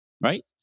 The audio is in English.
right